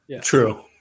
True